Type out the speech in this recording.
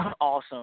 awesome